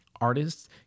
Artists